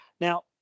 Now